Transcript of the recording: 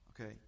Okay